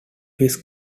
his